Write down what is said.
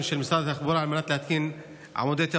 של משרד התחבורה על מנת להתקין עמודי תאורה.